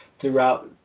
throughout